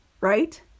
right